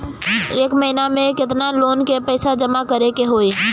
एक महिना मे केतना लोन क पईसा जमा करे क होइ?